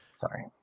Sorry